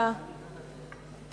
אנחנו